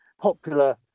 popular